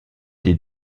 des